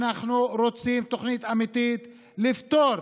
אנחנו רוצים תוכנית אמיתית לפטור